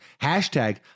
hashtag